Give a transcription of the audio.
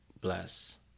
Bless